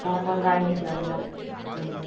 நாங்கள் வந்து வாங்கிக்கலாங்களா ம்